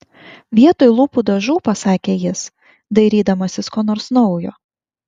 vietoj lūpų dažų pasakė jis dairydamasis ko nors naujo